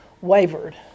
wavered